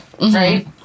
right